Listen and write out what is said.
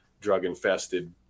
drug-infested